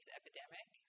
epidemic